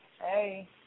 Hey